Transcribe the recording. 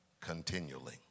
continually